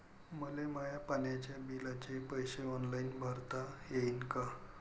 मले माया पाण्याच्या बिलाचे पैसे ऑनलाईन भरता येईन का?